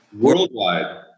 Worldwide